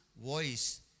voice